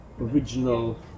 original